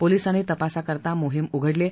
पोलिसांनी तपासाकरता मोहिम उघडली आहे